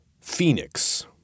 Phoenix